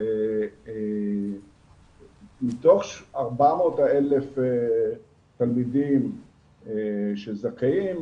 מתוך 400,000 תלמידים שזכאים,